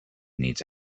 needs